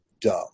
dumb